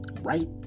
Right